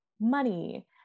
money